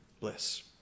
bliss